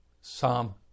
Psalm